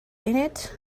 innit